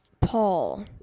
Paul